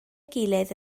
gilydd